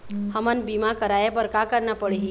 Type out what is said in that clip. हमन बीमा कराये बर का करना पड़ही?